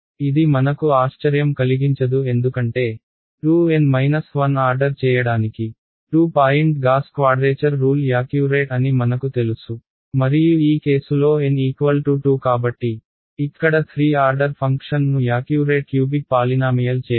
ఇది మనకు ఆశ్చర్యం కలిగించదు ఎందుకంటే 2 N 1 ఆర్డర్ చేయడానికి 2 point Gauss quadrature rule accurate అని మనకు తెలుసు మరియు ఈ కేసులో N2 కాబట్టి ఇక్కడ 3 ఆర్డర్ ఫంక్షన్ను యాక్యూరేట్ క్యూబిక్ పాలినామియల్ చేయడం